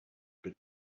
but